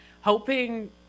hoping